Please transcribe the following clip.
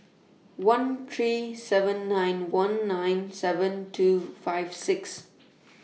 one three seven nine one nine seven two five six